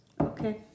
Okay